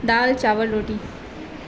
دال چاول روٹی